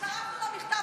הצטרפנו למכתב שלך.